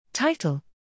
Title